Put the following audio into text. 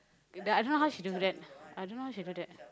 the I don't know how she do that I don't know how she do that